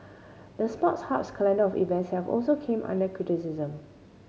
the Sports Hub's calendar of events have also came under criticism